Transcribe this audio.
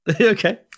okay